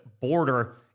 border